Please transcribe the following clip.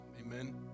Amen